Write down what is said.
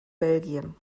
belgien